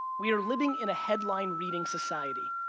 we are living in a headline-reading society.